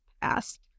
past